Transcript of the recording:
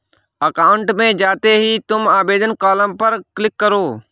account में जाते ही तुम आवेदन कॉलम पर क्लिक करो